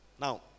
Now